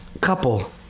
couple